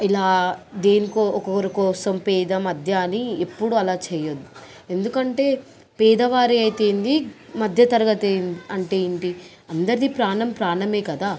ఇలా దేనికో ఒకరి కోసం పేద మధ్య అని ఎప్పుడు అలా చేయొద్దు ఎందుకంటే పేదవారు అయితే ఏంటి మధ్య తరగతి ఏం అంటే ఏంటి అందరిదీ ప్రాణం ప్రాణమే కదా